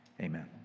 amen